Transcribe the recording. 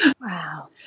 Wow